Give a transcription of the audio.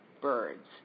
birds